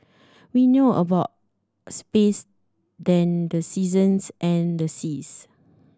we know about space than the seasons and the seas